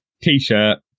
T-shirt